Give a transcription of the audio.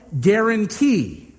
guarantee